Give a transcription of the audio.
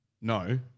no